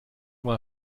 mal